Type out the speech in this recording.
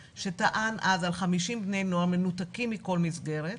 שטען אז על 50 בני נוער מנותקים מכל מסגרת.